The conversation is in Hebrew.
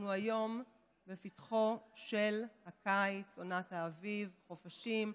היום אנחנו בפתחו של הקיץ, עונת האביב, חופשים,